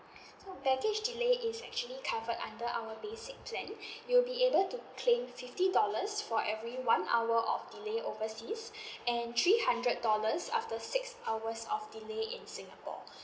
so baggage delay is actually covered under our basic plan you'll be able to claim fifty dollars for every one hour of delay overseas and three hundred dollars after six hours of delay in singapore